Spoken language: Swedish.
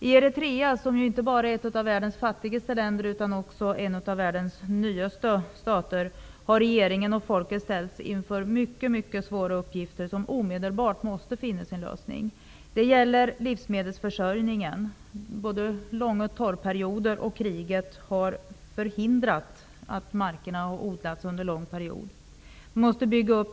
I Eritrea, som inte bara är ett av världens fattigaste länder utan också ett av de nyaste, har regeringen och folket ställts inför mycket svåra uppgifter, som omedelbart måste finna en lösning. Det gäller livsmedelsförsörjningen. Både långa torrperioder och kriget har förhindrat att markerna har odlats under en lång period. Transportkapaciteten måste byggas upp.